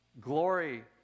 glory